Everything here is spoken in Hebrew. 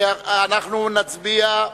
אנחנו נצביע.